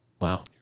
Wow